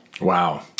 Wow